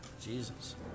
Jesus